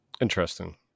Interesting